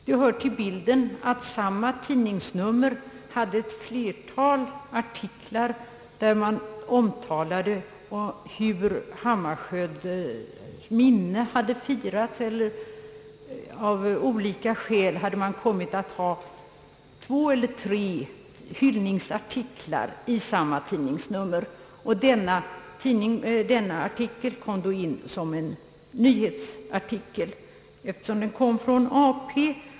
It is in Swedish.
Det hör till bilden att tidningsnumret innehöll ett flertal artiklar, i vilka man beskrev hur Dag Hammarskjölds minne hade firats. Av olika skäl hade man kommit att införa två eller tre hyllningsartiklar i samma nummer. Den nu aktuella artikeln blev införd som en nyhetsartikel, eftersom den kom från AP.